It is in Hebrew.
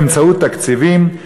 באמצעות תקציבים,